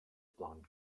blonde